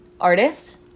artist